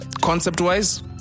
Concept-wise